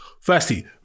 Firstly